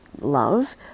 love